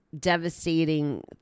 devastating